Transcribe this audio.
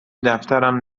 دفترم